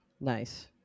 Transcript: Nice